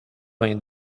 vingt